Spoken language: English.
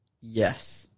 Yes